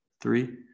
three